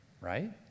Right